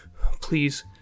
Please